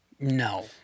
No